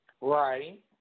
Right